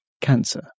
cancer